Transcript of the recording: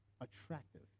attractive